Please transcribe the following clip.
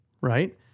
right